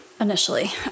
initially